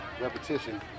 Repetition